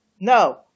No